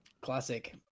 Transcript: Classic